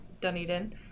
Dunedin